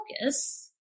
focus